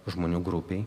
žmonių grupei